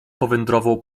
powędrował